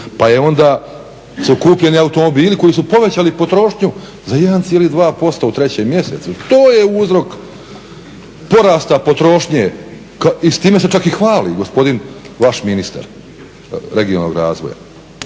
Pa je onda su kupljeni automobili koji su povećali potrošnju za 1,2% u trećem mjesecu. To je uzrok porasta potrošnje i s time se čak i hvali gospodin vaš ministar regionalnog razvoja.